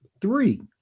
three